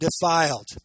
defiled